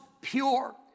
pure